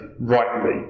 rightly